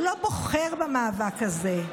הוא לא בוחר במאבק הזה,